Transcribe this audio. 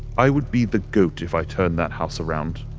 i would be the goat if i turned that house around.